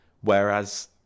Whereas